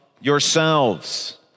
yourselves